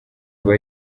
aba